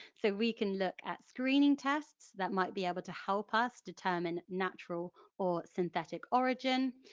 so we can look at screening tests that might be able to help us determine natural or synthetic origin,